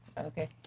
Okay